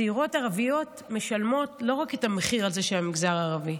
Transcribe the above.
צעירות ערביות משלמות לא רק את המחיר על זה שהן מהמגזר הערבי,